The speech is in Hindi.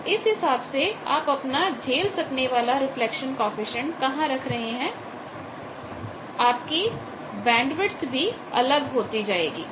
तो इस हिसाब से कि आप अपना झेल सकने वाला रिफ्लेक्शन कॉएफिशिएंट कहां रख रहे हैं आपकी बैंडविथ भी अलग होती जाएगी